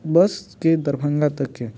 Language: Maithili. बसके दरभंगा तकके